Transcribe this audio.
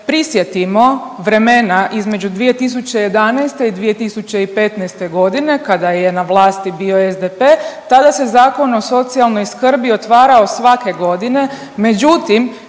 prisjetimo vremena između 2011. i 2015. godine kada je na vlasti bio SDP tada se Zakon o socijalnoj skrbi otvarao svake godine,